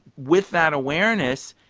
with that awareness,